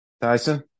Tyson